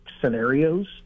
scenarios